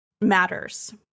matters